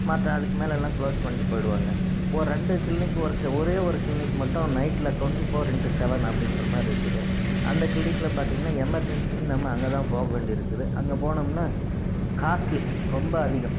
மற்ற அதுக்கு மேலேலாம் கிளோஸ் பண்ணிட்டு போய்விடுவாங்க ஒரு ரெண்டு கிளினிக் ஒரு ஒரே ஒரு கிளினிக் மட்டும் நைட்டில் ட்வெண்ட்டி ஃபோர் இண்ட்டு செவன் அப்படின்றமாதிரி இருக்குது அந்த கிளினிக்கில் பார்த்திங்கனா எமெர்ஜென்சிக்கு நம்ம அங்கே தான் போக வேண்டி இருக்குது அங்கே போனோம்ன்னா காஸ்ட்லி ரொம்ப அதிகம்